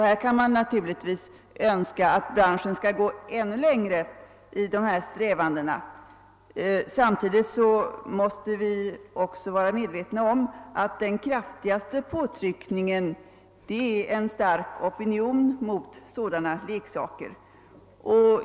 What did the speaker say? Man kan naturligtvis önska att branschen skulle gå ännu längre i dessa strävanden, men samtidigt måste vi vara medvetna om att den kraftigaste påtryckningen utgörs av en stark opinion mot sådana leksaker.